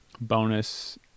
bonus